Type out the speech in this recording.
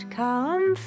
come